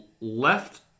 left